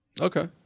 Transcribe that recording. Okay